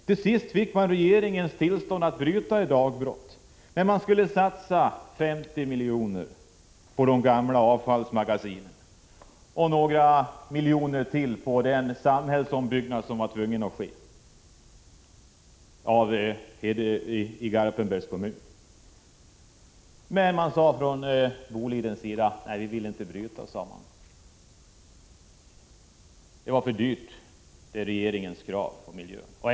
Till sist fick Boliden regeringens tillstånd att bryta i dagbrott, men bolaget skulle satsa 50 milj.kr. på de gamla avfallsmagasinen och ytterligare några miljoner på den samhällsombyggnad som var nödvändig i Garpenbergs kommun. Då sade man från Bolidens sida att man inte ville bryta. Det var för dyrt att tillgodose regeringens krav på miljöåtgärder.